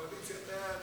סעיפים 1 38